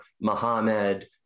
Muhammad